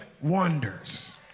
wonders